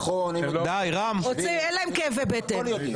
אין להם כאבי בטן.